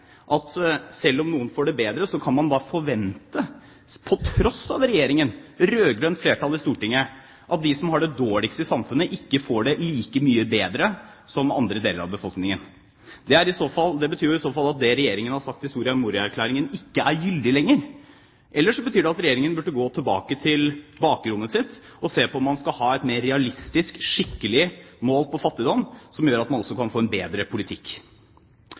at selv om noen får det bedre, kan man forvente på tross av Regjeringen, rød-grønt flertall i Stortinget, at de som har det dårligst i samfunnet, ikke får det like mye bedre som andre deler av befolkningen. Det betyr i så fall at det Regjeringen har sagt i Soria Moria-erklæringen, ikke er gyldig lenger, eller så betyr det at Regjeringen burde gå tilbake til bakrommet sitt og se på om man skal ha et mer realistisk, skikkelig mål på fattigdom som gjør at man også kan få en bedre politikk.